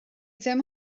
ddim